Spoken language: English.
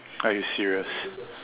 are you serious